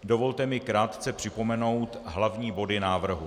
Dovolte mi krátce připomenout hlavní body návrhu.